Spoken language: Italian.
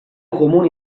comuni